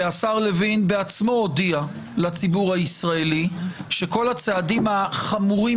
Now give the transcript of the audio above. והשר לוין בעצמו הודיע לציבור הישראלי שכל הצעדים החמורים